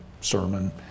sermon